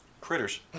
Critters